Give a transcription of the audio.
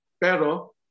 pero